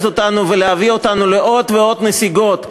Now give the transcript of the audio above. אותנו ולהביא אותנו לעוד ועוד נסיגות,